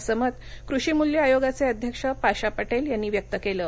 अस मत कृषी मूल्य आयोगाच अध्यक्ष पाशा पटक्षीयांनी व्यक्त कलि